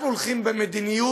אנחנו הולכים למדיניות